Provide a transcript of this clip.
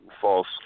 false